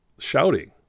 Shouting